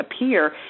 appear